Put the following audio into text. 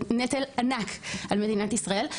זה נטל ענק על מדינת ישראל,